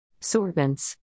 Sorbents